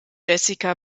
jessica